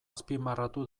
azpimarratu